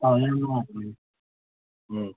ꯎꯝ